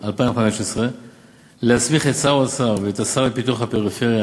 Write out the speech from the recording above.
2015 להסמיך את שר האוצר ואת השר לפיתוח הפריפריה,